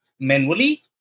manually